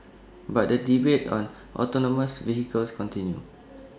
but the debate on autonomous vehicles continue